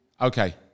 Okay